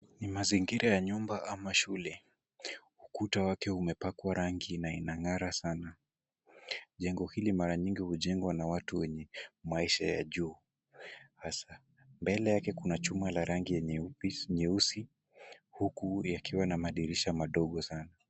Ni mazingia ya nyumba ama shule. Ukuta wake umepakwa rangi na inang'ara sana. Jengo hili mara nyingi hujengwa na watu wenye maisha ya juu hasaa. Mbele yake kuna chuma la rangi ya nyeusi, huku yakiwa na madirisha madogo sana.